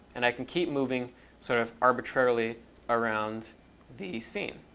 and i can keep moving sort of arbitrarily around the scene,